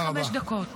אמרו לי חמש דקות.